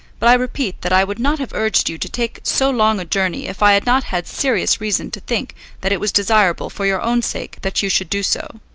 but i repeat that i would not have urged you to take so long a journey if i had not had serious reason to think that it was desirable for your own sake that you should do so.